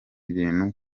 ibintu